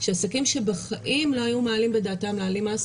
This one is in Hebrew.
שהעסקים שבחיים לא היו מעלים בדעתם להעלים מס,